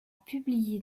publié